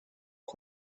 the